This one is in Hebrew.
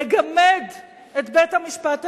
לגמד את בית-המשפט העליון,